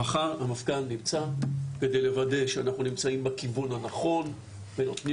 מחר המפכ"ל נמצא כדי לוודא שאנחנו נמצאים בכיוון הנכון ונותנים